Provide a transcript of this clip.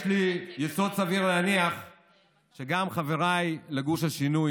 יש לי יסוד סביר להניח שגם חבריי לגוש השינוי,